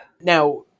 Now